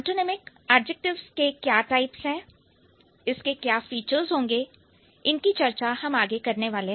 antonymic adjectives के क्या types हैं इसके क्या फीचर्स होंगे इनकी चर्चा हम आगे करेंगे